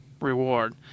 reward